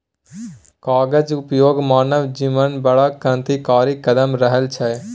कागजक उपयोग मानव जिनगीमे बड़ क्रान्तिकारी कदम रहल छै